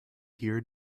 here